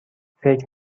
فکر